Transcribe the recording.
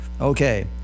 Okay